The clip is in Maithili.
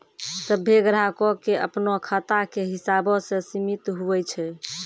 सभ्भे ग्राहको के अपनो खाता के हिसाबो से सीमित हुवै छै